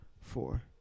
four